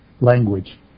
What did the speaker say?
language